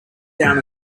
down